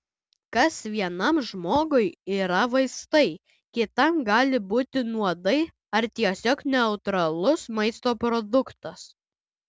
kas vienam žmogui yra vaistai kitam gali būti nuodai ar tiesiog neutralus maisto produktas